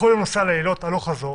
הלוך וחזור,